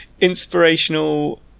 inspirational